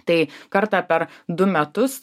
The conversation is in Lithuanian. tai kartą per du metus